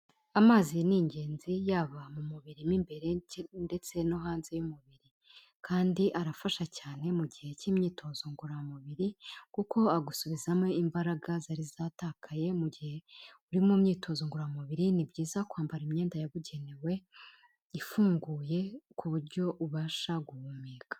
Amazi ni ingenzi yaba mu mubiri w'imbere ndetse no hanze y'umubiri. Kandi arafasha cyane mu gihe cy'imyitozo ngororamubiri kuko agusubizamo imbaraga zari zatakaye, mu gihe uri mu myitozo ngororamubiri ni byiza kwambara imyenda yabugenewe, ifunguye ku buryo ubasha guhumeka.